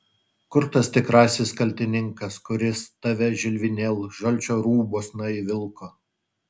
kur tas tikrasis kaltininkas kuris tave žilvinėl žalčio rūbuosna įvilko